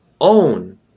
own